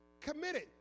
Committed